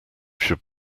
should